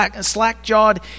slack-jawed